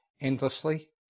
endlessly